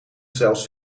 zelfs